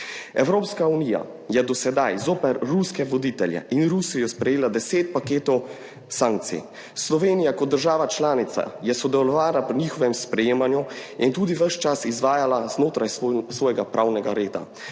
Evropska unija je do sedaj zoper ruske voditelje in Rusijo sprejela deset paketov sankcij. Slovenija kot država članica je sodelovala pri njihovem sprejemanju in tudi ves čas izvajala znotraj svojega pravnega reda.